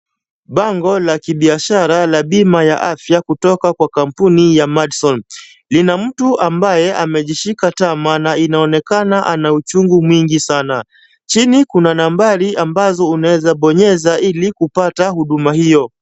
Bango la kibiashara la bima ya afya kutoka kwa kampuni ya Madison. Lina mtu ambaye amejishika tama, na inaonekana ana uchungu mwingi sana. Chini kuna nambari ambazo unaweza bonyeza, ili kupata huduma hizo.